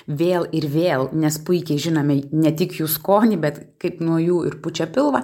vėl ir vėl nes puikiai žinome ne tik jų skonį bet kaip nuo jų ir pučia pilvą